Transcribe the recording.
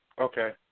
Okay